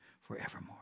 forevermore